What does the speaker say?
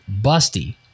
busty